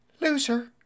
Loser